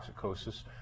toxicosis